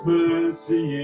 mercy